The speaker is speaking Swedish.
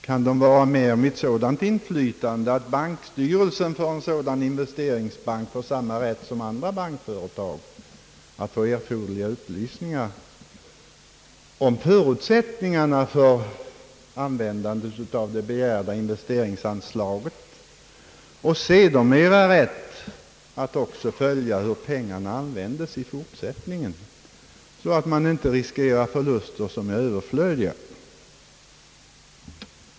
Kan det vara med om ett sådant inflytande att styrelsen för investeringsbanken får samma rätt som andra bankföretag till erforderliga upplysningar om förutsättningarna för användande av begärda investeringsanslag, och sedermera rätt att också följa hur pengarna används, så att man inte riskerar onödiga förluster?